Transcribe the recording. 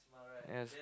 ya